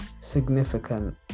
significant